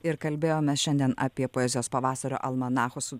ir kalbėjome šiandien apie poezijos pavasario almanacho su